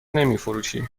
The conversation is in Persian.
نمیفروشیم